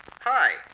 Hi